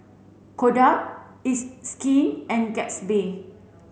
Kodak it's Skin and Gatsby